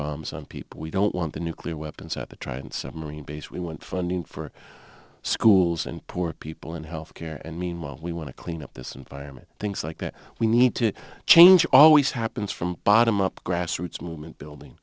bombs on people we don't want the nuclear weapons out to try and submarine base we want funding for schools and poor people in health care and meanwhile we want to clean up this environment things like that we need to change always happens from bottom up grassroots movement building